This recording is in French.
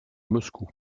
moscou